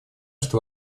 что